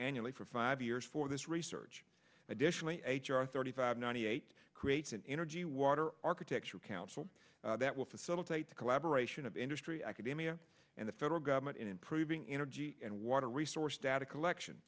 annually for five years for this research additionally h r thirty five ninety eight create an energy water architecture council that will facilitate the collaboration of industry academia and the federal government in improving energy and water resource data collection